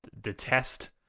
detest